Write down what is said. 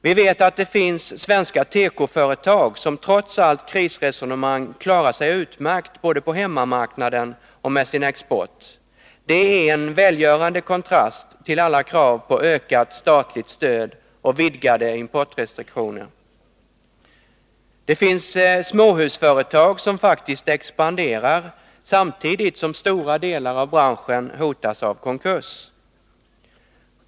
Vi vet att det finns svenska tekoföretag, som trots allt krisresonemang klarar sig utmärkt både på hemmamarknaden och med sin export. Det är en välgörande kontrast till alla krav på ökat statligt stöd och vidgade importrestriktioner. Det finns småhusföretag som faktiskt expanderar samtidigt som stora delar av branschen hotas av konkurs.